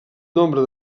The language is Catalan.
nombre